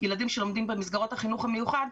ילדים שלומדים במסגרות החינוך המיוחד,